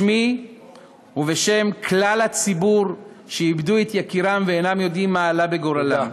בשמי ובשם כלל הציבור שאיבדו את יקיריהם ואינם יודעים מה עלה בגורלם,